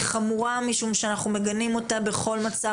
היא חמורה משום שאנחנו מגנים אותה בכל מצב,